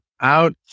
out